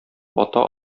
ата